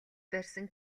барьсан